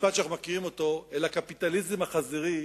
המשפט שאנחנו מכירים אותו, אל "הקפיטליזם החזירי"